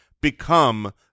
become